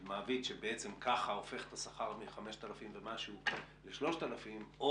של מעביד שהופך את השכר מ-5,000 ומשהו ל-3,000 או